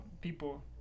people